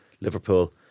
Liverpool